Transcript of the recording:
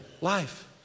life